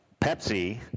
Pepsi